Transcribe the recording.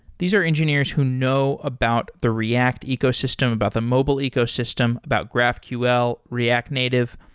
these are engineers who know about the react ecosystem, about the mobile ecosystem, about graphql, react native.